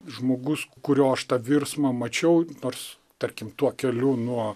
žmogus kurio aš tą virsmą mačiau nors tarkim tuo keliu nuo